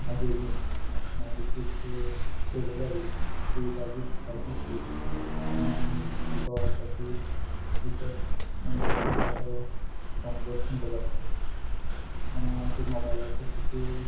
हाजेर गेम मागीर तशीच सोलो लवली सो ही ताजी ताजी स्टोरी तो कसो विकस्ट हंटर आसा तो स्ट्राँगेस्ट हंटर जाता तो मागीर मोबायलाचेर तुका